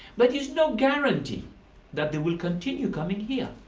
like is no guarantee that they will continue coming here,